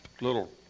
little